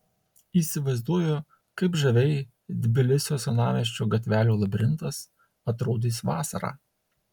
įsivaizduoju kaip žaviai tbilisio senamiesčio gatvelių labirintas atrodys vasarą